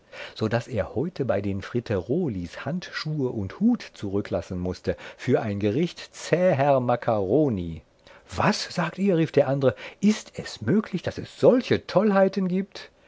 so daß er heute bei den fritterolis handschuhe und hut zurücklassen mußte für ein gericht zäher makkaroni was sagt ihr rief der andere ist es möglich daß es solche tollheiten gibt